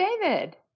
David